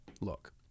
look